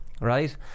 Right